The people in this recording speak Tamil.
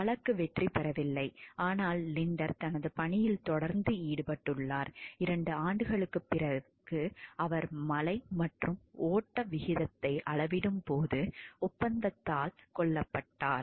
வழக்கு வெற்றிபெறவில்லை ஆனால் லிண்டர் தனது பணியில் தொடர்ந்து ஈடுபட்டுள்ளார் 2 ஆண்டுகளுக்குப் பிறகு அவர் மழை மற்றும் ஓட்ட விகிதத்தை அளவிடும் போது ஒப்பந்தத்தால் கொல்லப்பட்டார்